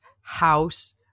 house